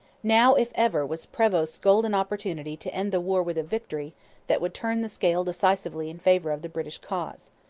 now, if ever, was prevost's golden opportunity to end the war with a victory that would turn the scale decisively in favour of the british cause.